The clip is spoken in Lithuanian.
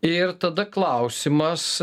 ir tada klausimas